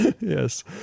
Yes